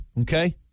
okay